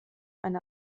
eine